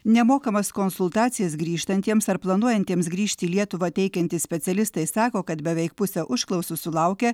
nemokamas konsultacijas grįžtantiems ar planuojantiems grįžti į lietuvą teikiantys specialistai sako kad beveik pusę užklausų sulaukia